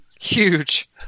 Huge